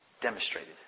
demonstrated